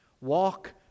Walk